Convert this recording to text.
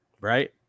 Right